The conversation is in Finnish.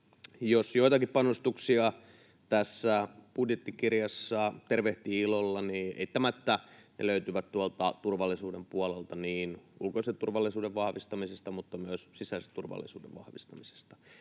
Jos joitakin panostuksia tässä budjettikirjassa tervehtii ilolla, niin eittämättä ne löytyvät tuolta turvallisuuden puolelta, niin ulkoisen turvallisuuden vahvistamisesta kuin myös sisäisen turvallisuuden vahvistamisesta.